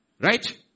Right